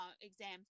exams